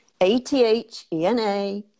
athena